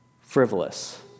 frivolous